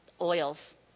oils